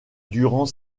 durant